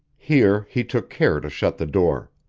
here he took care to shut the door.